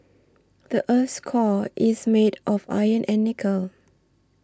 the earth's core is made of iron and nickel